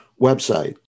website